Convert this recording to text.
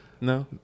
no